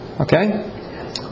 Okay